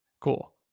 Cool